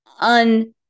un